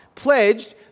pledged